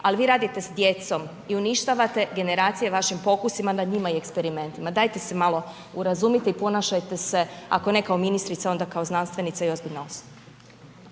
ali vi radite s djecom i uništavate generacije vašim pokusima nad njima i eksperimentima. Dajte se malo urazumite i ponašajte se ako ne kao ministrica onda kao znanstvenica i ozbiljna osoba.